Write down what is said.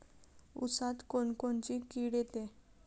ऊसात कोनकोनची किड येते?